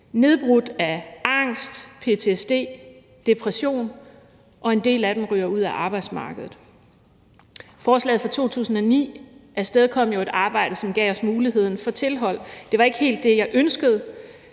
nedbrudt af angst, ptsd, depression. Og en del af dem ryger ud af arbejdsmarkedet. Forslaget fra 2009 afstedkom jo et arbejde, som gav os muligheden for tilhold. Det var ikke helt det, jeg ønskede,